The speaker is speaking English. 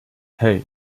hey